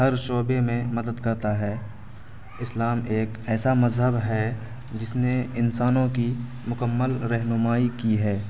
ہر شعبے میں مدد کرتا ہے اسلام ایک ایسا مذہب ہے جس نے انسانوں کی مکمل رہنمائی کی ہے